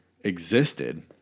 existed